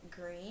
green